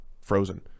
frozen